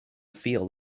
field